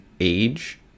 age